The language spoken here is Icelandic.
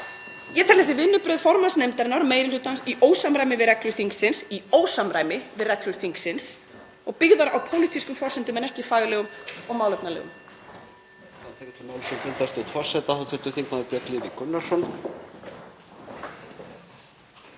ég þessi vinnubrögð formanns nefndarinnar og meiri hlutans í ósamræmi við reglur þingsins og byggðar á pólitískum forsendum en ekki faglegum og málefnalegum.“